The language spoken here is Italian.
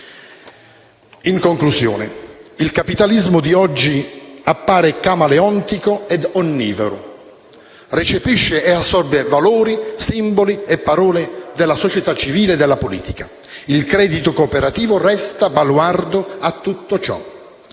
In conclusione, il capitalismo di oggi appare camaleontico e onnivoro, recepisce e assorbe valori, simboli e parole della società civile e della politica. Il credito cooperativo resta un baluardo di tutto ciò.